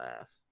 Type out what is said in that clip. ass